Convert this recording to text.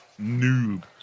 noob